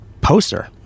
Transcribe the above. poster